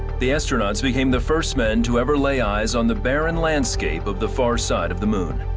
the astronauts became the first men to ever lay eyes on the barren landscape of the far side of the moon.